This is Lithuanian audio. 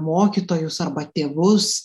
mokytojus arba tėvus